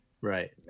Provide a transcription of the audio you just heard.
Right